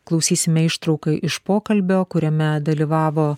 klausysime ištrauką iš pokalbio kuriame dalyvavo